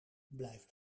blijf